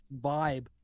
vibe